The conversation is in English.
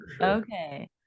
okay